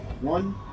One